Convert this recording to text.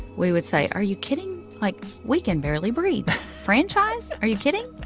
we would say, are you kidding? like, we can barely breathe. franchise? are you kidding?